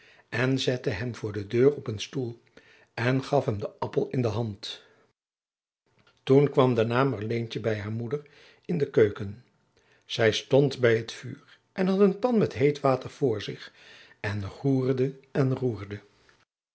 en zette hem voor de deur op een stoel en gaf hem den appel in de hand toen kwam daarna marleentje bij haar moeder in de keuken zij stond bij het vuur en had een pan met heet water voor zich en roerde en roerde